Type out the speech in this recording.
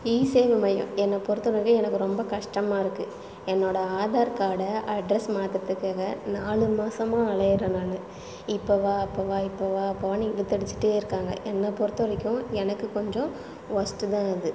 இசேவை மையம் என்னை பொறுத்தவரைக்கும் எனக்கு ரொம்ப கஷ்டமாயிருக்கு என்னோடய ஆதார் கார்டை அட்ரஸ் மாற்றுறத்துக்காக நாலு மாதமா அலைகிறேன் நான் இப்போ வா அப்போ வா இப்போ வா அப்போ வானு இழுத்தடிச்சுட்டே இருக்காங்க என்னை பொறுத்தவரைக்கும் எனக்கு கொஞ்சம் ஒர்ஸ்ட் தான் அது